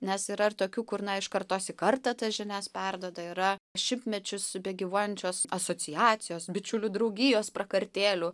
nes yra ir tokių kur na iš kartos į kartą tas žinias perduoda yra šimtmečius gyvuojančios asociacijos bičiulių draugijos prakartėlių